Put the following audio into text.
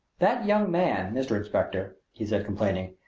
that young man, mr. inspector, he said complainingly,